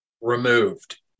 removed